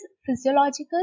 physiological